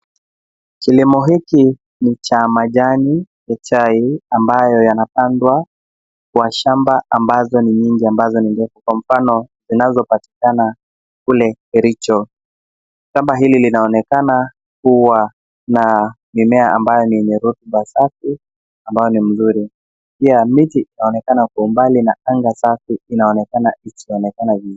Kilimo hiki ni cha majani ya chai, ambayo yanapandwa kwa shamba ambazo ni nyingi ambazo ni ndefu, kwa mfano zinazopatikana kule Kericho. Shamba hili linaonekana kuwa na mimea ambayo ni yenye rutuba safi ambayo ni mzuri. Pia miti inaonekana kwa umbali na anga safi inaonekana ikionekana vizuri.